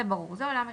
זה ברור, זה עולם אחד.